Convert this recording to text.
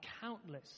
countless